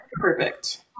Perfect